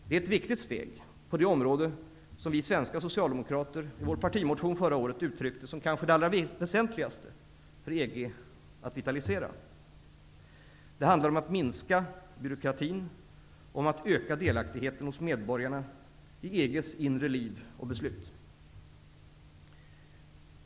Det är ett viktigt steg på det område som vi svenska socialdemokrater i vår partimotion förra året uttryckte som kanske det allra väsentligaste för EG att vitalisera. Det handlar om att minska byråkratin och om att öka delaktigheten hos medborgarna i EG:s inre liv och beslut.